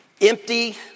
empty